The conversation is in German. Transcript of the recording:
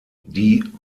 die